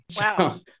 Wow